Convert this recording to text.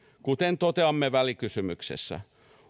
kuten toteamme välikysymyksessä